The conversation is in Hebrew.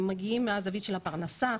הם מגיעים מהזווית של הפרנסה,